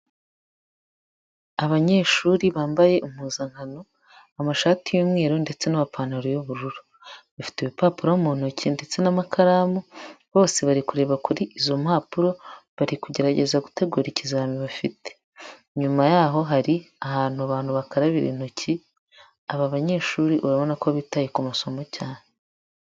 Abanyeshuri bambaye impuzankano, amashati y'umweru ndetse n'amapantaro y'ubururu, bifite ibipapuro mu ntoki ndetse n'amakaramu, bose bari kureba kuri izo mpapuro, bari kugerageza gutegura ikizamini bafite, inyuma yaho hari ahantu abantu bakarabira intoki, aba banyeshuri urabona ko bitaye ku masomo cyane.